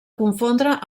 confondre